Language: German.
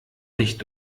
nicht